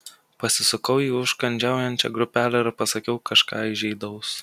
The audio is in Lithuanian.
pasisukau į užkandžiaujančią grupelę ir pasakiau kažką įžeidaus